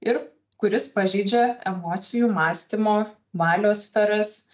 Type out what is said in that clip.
ir kuris pažeidžia emocijų mąstymo valios sferas